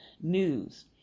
news